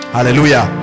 Hallelujah